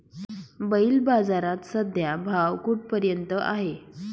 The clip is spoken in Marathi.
बैल बाजारात सध्या भाव कुठपर्यंत आहे?